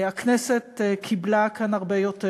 הכנסת קיבלה כאן הרבה יותר.